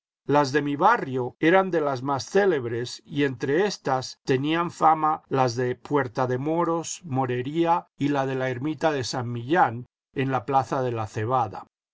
las de mi barrio eran de las m ás célebres y entre éstas tenían fama las de puerta de moros morería y la de la ermita de san millán en la plaza de la cebada